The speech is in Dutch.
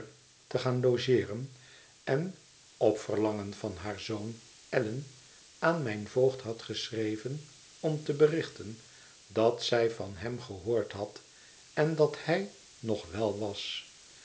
te gaan logeeren en op verlangen van haar zoon allan aan mijn voogd had geschreven om te berichten dat zij van hem gehoord had en dat hij nog wel was